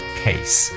case